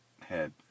head